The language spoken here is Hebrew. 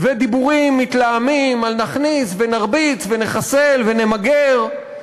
ודיבורים מתלהמים על נכניס ונרביץ ונחסל ונמגר,